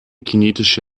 kinetische